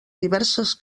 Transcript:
diverses